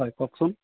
হয় কওকচোন